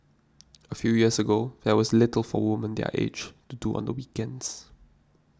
a few years ago there was little for women their age to do on the weekends